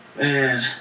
Man